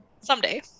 someday